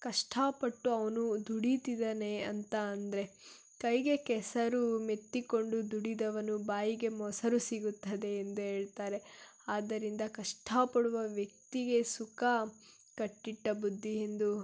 ಕಷ್ಟಪಟ್ಟು ಅವನು ದುಡೀತಿದ್ದಾನೆ ಅಂತ ಅಂದರೆ ಕೈಗೆ ಕೆಸರು ಮೆತ್ತಿಕೊಂಡು ದುಡಿದವನ ಬಾಯಿಗೆ ಮೊಸರು ಸಿಗುತ್ತದೆ ಎಂದು ಹೇಳ್ತಾರೆ ಆದ್ದರಿಂದ ಕಷ್ಟಪಡುವ ವ್ಯಕ್ತಿಗೆ ಸುಖ ಕಟ್ಟಿಟ್ಟ ಬುತ್ತಿ ಎಂದು